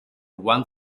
one